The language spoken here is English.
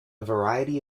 variety